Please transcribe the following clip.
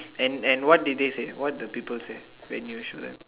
and and what did they say what the people say when you show them